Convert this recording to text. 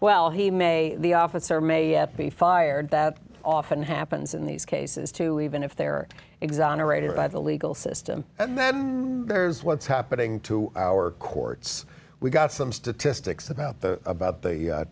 well he may the officer may be fired that often happens in these cases too even if they're exonerated by the legal system and then there's what's happening to our courts we've got some statistics about the about